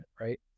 right